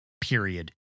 period